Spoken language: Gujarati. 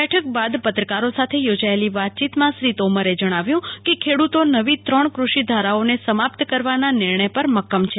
બેઠક બાદ પત્રકારો સાથે યોજાયેલી વાતયીતમાં શ્રી તોમરે જણાવ્યુ કે ખેડુતો નવી ત્રણ કૃષિ ધારાઓને સમાપ્ત કરવાના નિર્ણય પર મક્કમ છે